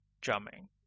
drumming